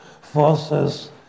forces